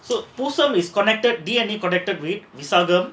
so bosom is connected D_N_A connected with விசாகம்:visaagam